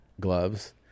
gloves